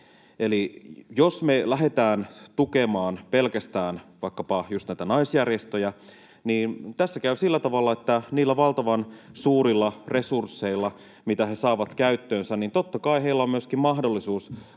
Eli jos me lähdetään tukemaan pelkästään vaikkapa just näitä naisjärjestöjä, niin tässä käy sillä tavalla, että niillä valtavan suurilla resursseilla, mitä he saavat käyttöönsä, heillä totta kai on myöskin mahdollisuus